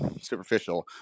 superficial